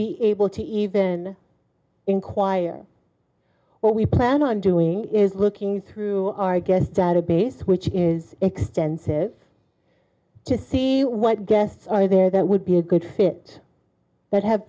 be able to even enquire what we plan on doing is looking through our guest database which is extensive to see what guests are there that would be a good fit but have